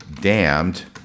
damned